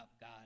God